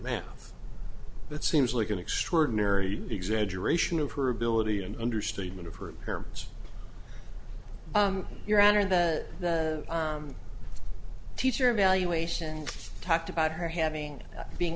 math that seems like an extraordinary exaggeration of her ability and understatement of her parents your honor the teacher evaluation and talked about her having being